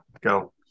go